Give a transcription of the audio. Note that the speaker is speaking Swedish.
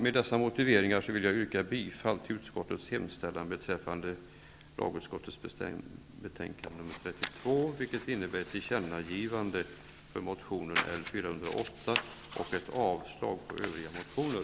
Med dessa motiveringar vill jag yrka bifall till utskottets hemställan beträffande lagutskottets betänkande nr 32, vilket innebär ett tillkännagivande för motion L408 och avslag på övriga motioner.